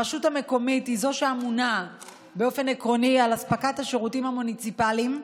הרשות המקומית היא שאמונה באופן עקרוני על אספקת השירותים המוניציפליים,